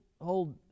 hold